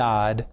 God